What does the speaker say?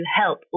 help